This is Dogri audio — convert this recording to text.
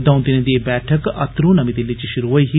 द'ऊं दिनें दी एह् बैठक अतरू कल नमीं दिल्ली च शुरू होई ही